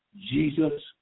Jesus